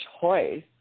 choice